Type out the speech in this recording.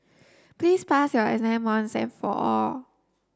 please pass your exam once and for all